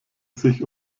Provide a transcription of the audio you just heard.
sich